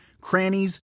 crannies